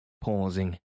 pausing